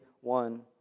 one